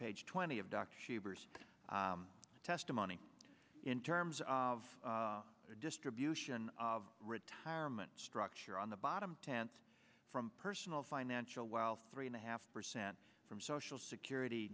page twenty of dr shavers testimony in terms of the distribution of retirement structure on the bottom tenth from personal financial wealth three and a half percent from social security